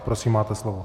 Prosím, máte slovo.